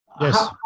Yes